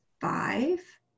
five